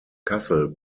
kassel